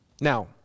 Now